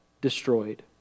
destroyed